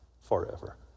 forever